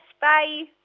bye